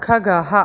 खगः